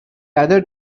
other